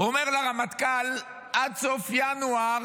אומר לרמטכ"ל: עד סוף ינואר